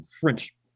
French